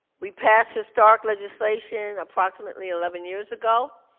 we passed historic legislation approximately eleven years ago.